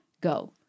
go